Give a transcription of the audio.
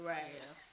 Right